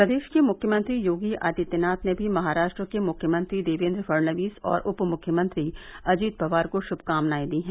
प्रदेश के मुख्यमंत्री योगी आदित्यनाथ ने भी महाराष्ट्र के मुख्यमंत्री देवेन्द्र फड़नवीस और उपमुख्यमंत्री अजित पवार को शुभकामनाएं दी हैं